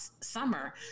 summer